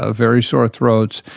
ah very sore throats,